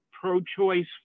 pro-choice